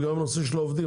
וגם הנושא של העובדים,